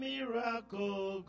Miracle